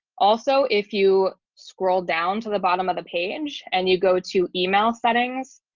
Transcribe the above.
also, if you scroll down to the bottom of the page and you go to email settings,